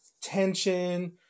tension